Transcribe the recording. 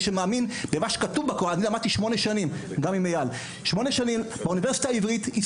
אני למדתי על האסלאם במשך שמונה שנים באוניברסיטה העברית.